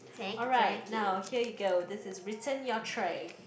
alright now here you go this is return your tray